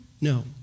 No